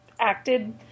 acted